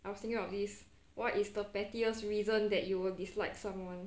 I was thinking of this what is the pettiest reason that you would dislike someone